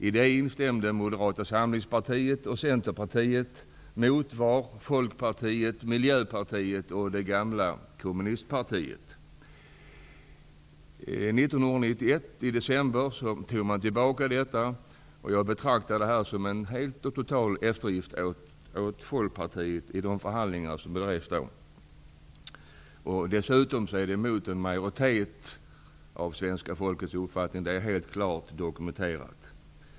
I det instämde Moderata samlingspartiet och Centerpartiet, och mot det invände Folkpartiet, Miljöpartiet och det gamla kommunistpartiet. 1991 i december tog man tillbaka detta beslut. Jag betraktar det som en total eftergift till Folkpartiet i de förhandlingar som då drevs. Dessutom strider det mot uppfattningen hos en majoritet av svenska folket -- det är klart dokumenterat.